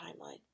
timeline